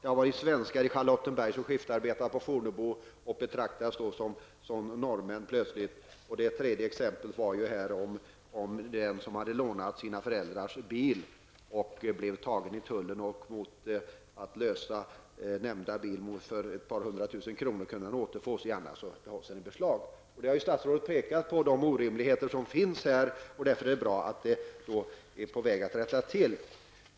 Det har gällt svenskar i Charlottenberg som skiftarbetat på Fornebu och plötsligt betraktats som norrmän. Ytterligare ett exempel gäller en person som har lånat sina föräldrars bil. Han blev fast i tullen och blev tvungen att lösa bilen för ett par hundratusen kronor, annars skulle den tas i beslag. Statsrådet har pekat på de orimligheter som finns, och det är bra att de är på väg att rättas till.